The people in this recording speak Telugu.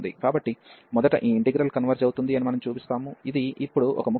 కాబట్టి మొదట ఈ ఇంటిగ్రల్ కన్వర్జ్ అవుతుంది అని చూపిస్తాము ఇది ఇప్పుడు ఒక ముఖ్యమైన పని